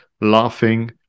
laughing